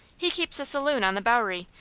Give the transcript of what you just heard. he keeps a saloon on the bowery,